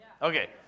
Okay